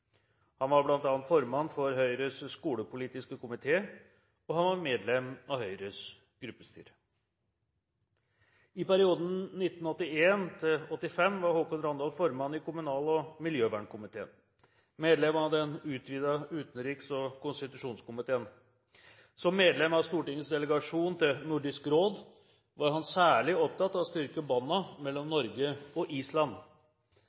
Han var bl.a. formann for Høyres skolepolitiske komité – og han var medlem av Høyres gruppestyre. I perioden 1981–1985 var Håkon Randal formann i kommunal- og miljøvernkomiteen og medlem av den utvidede utenriks- og konstitusjonskomité. Som medlem av Stortingets delegasjon til Nordisk råd var han særlig opptatt av å styrke båndene mellom Norge og Island.